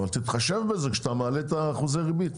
אבל תתחשב בזה כשאתה מעלה את אחוזי הריבית.